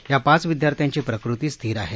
या पाच विद्यार्थ्यांची प्रकृती स्थिर आहे